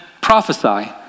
prophesy